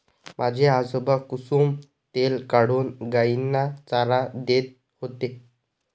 माझे आजोबा कुसुम तेल काढून गायींना चारा देत होते